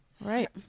right